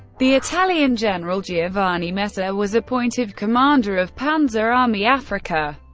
the italian general giovanni messe ah was appointed commander of panzer army africa,